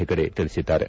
ಹೆಗಡೆ ತಿಳಿಸಿದ್ದಾರೆ